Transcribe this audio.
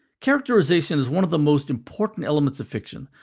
characterization is one of the most important elements of fiction,